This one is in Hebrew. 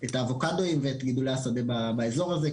את האבוקדוים ואת גידולי השדה באזור הזה,